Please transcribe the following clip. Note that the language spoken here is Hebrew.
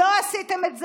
לא עשיתם את זה.